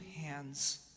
hands